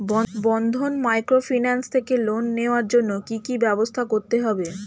বন্ধন microfinance থেকে loan নেওয়ার জন্য কি কি ব্যবস্থা করতে হবে?